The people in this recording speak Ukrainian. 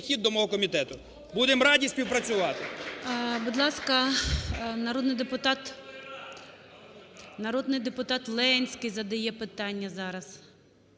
до мого комітету. Будемо раді співпрацювати. ГОЛОВУЮЧИЙ. Будь ласка, народний депутат Ленський задає питання зараз.